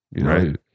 Right